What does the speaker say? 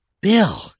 Bill